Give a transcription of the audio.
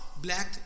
black